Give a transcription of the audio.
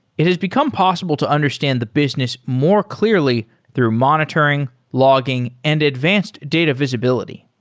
it has become possible to understand the business more clearly through monitoring, logging and advanced data visibility.